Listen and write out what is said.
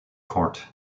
court